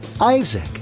Isaac